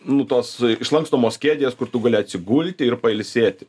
nu tos išlankstomos kėdės kur tu gali atsigulti ir pailsėti